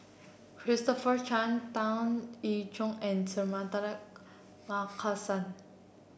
Christopher Chia Tan Eng Joo and Suratman Markasan